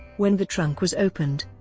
when the trunk was opened,